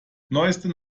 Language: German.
neueste